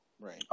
Right